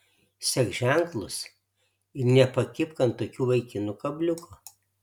sek ženklus ir nepakibk ant tokių vaikinų kabliuko